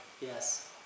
Yes